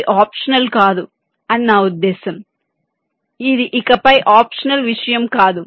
ఇది ఆప్షనల్ కాదు అని నా ఉద్దేశ్యం ఇది ఇకపై ఆప్షనల్ విషయం కాదు